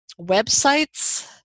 websites